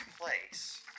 place